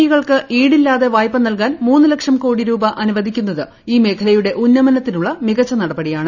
E കൾക്ക് ഈടില്ലാതെ വായ്പ നല്കാൻ മൂന്നു ലക്ഷം കോടി രൂപ അനുവദിക്കുന്നത് ഈ മേഖലയുടെ ഉന്നമനത്തിനുള്ള മികച്ച നടപടിയാണ്